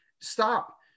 stop